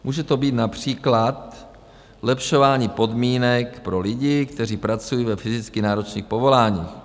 Může to být například zlepšování podmínek pro lidi, kteří pracují ve fyzicky náročných povoláních.